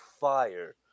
fire